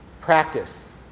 Practice